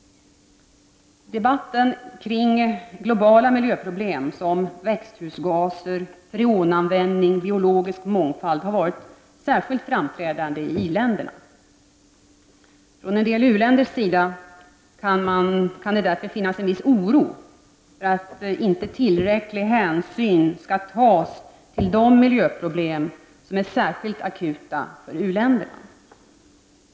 Debatten kring globala miljöproblem som växthusgaser, freonanvändning och biologisk mångfald har varit särskilt framträdande i i-länderna. I en del u-länder kan det därför finnas en viss oro för att inte tillräcklig hänsyn skall tas till de miljöproblem som är särskilt akuta för u-länderna.